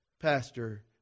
pastor